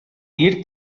dir